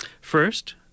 First